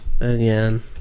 again